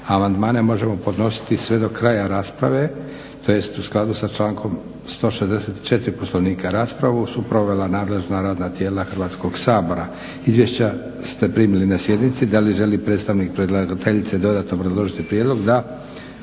Amandmane možemo podnositi sve do kraja rasprave, tj. u skladu sa člankom 164. Poslovnika. Raspravu su provela nadležan radna tijela Hrvatskoga sabora. Izvješća ste primili na sjednici. Da li želi predstavnik predlagateljice dodatno obrazložiti prijedlog?